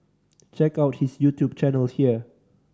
check out his YouTube channel here